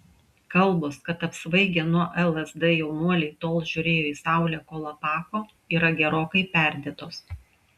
kalbos kad apsvaigę nuo lsd jaunuoliai tol žiūrėjo į saulę kol apako yra gerokai perdėtos